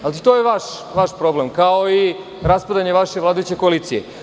Znate, to je vaš problem kao i raspravljanje vaše vladajuće koalicije.